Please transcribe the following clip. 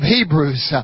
Hebrews